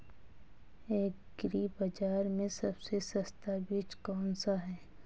Agree बाज़ार में सबसे सस्ता बीज कौनसा है?